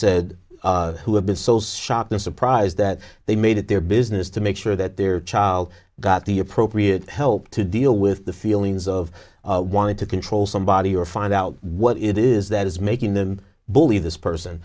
said who have been so shocked and surprised that they made it their business to make sure that their child got the appropriate help to deal with the feelings of wanting to control somebody or find out what it is that is making them bully this person